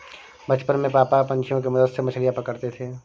बचपन में पापा पंछियों के मदद से मछलियां पकड़ते थे